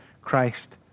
Christ